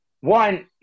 one